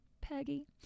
Peggy